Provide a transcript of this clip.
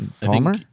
Palmer